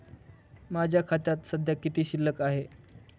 माझ्या खात्यात सध्या किती शिल्लक आहे?